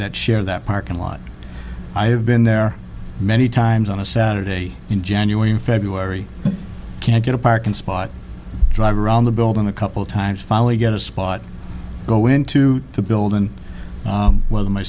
that share that parking lot i have been there many times on a saturday in january and february can't get a parking spot drive around the building a couple times finally get a spot go into the building